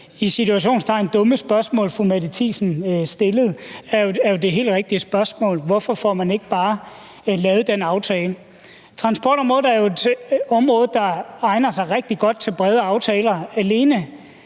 i citationstegn – dumme spørgsmål, fru Mette Thiesen stillede, er jo det helt rigtige spørgsmål: Hvorfor får man ikke bare lavet den aftale? Transportområdet er jo et område, der egner sig rigtig godt til brede aftaler alene